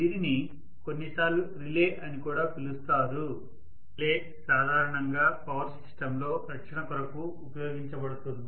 దీనిని కొన్నిసార్లు రిలే అని కూడా పిలుస్తారు రిలే సాధారణంగా పవర్ సిస్టం లో రక్షణ కొరకు ఉపయోగించబడుతుంది